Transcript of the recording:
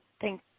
Thank